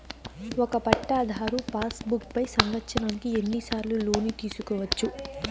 ఒక పట్టాధారు passbook పై సంవత్సరానికి ఎన్ని సార్లు లోను తీసుకోవచ్చు?